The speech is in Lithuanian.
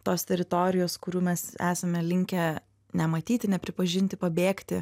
tos teritorijos kurių mes esame linkę nematyti nepripažinti pabėgti